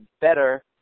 better